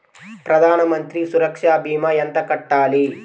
ప్రధాన మంత్రి సురక్ష భీమా ఎంత కట్టాలి?